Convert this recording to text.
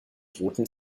roten